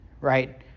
right